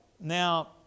Now